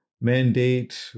mandate